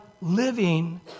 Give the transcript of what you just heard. living